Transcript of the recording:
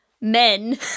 men